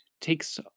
takes